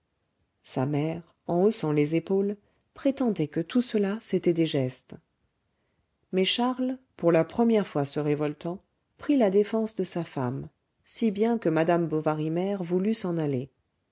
sa mère en haussant les épaules prétendait que tout cela c'étaient des gestes mais charles pour la première fois se révoltant prit la défense de sa femme si bien que madame bovary mère voulut s'en aller